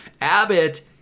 Abbott